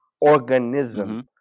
organism